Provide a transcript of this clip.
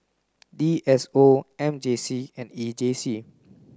D S O M J C and E J C